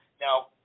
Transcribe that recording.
Now